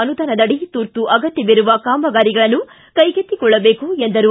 ಅನುದಾನದಡಿ ತುರ್ತು ಅಗತ್ವವಿರುವ ಕಾಮಗಾರಿಗಳನ್ನು ಕೈಗೆತ್ತಿಕೊಳ್ಳಬೇಕು ಎಂದರು